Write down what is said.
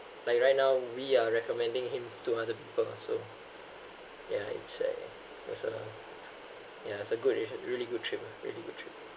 like right now we are recommending him to other people also yeah it's like was a yeah it's a good relation really good trip really good trip